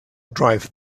driver